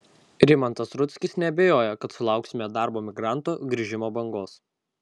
rimantas rudzkis neabejoja kad sulauksime darbo migrantų grįžimo bangos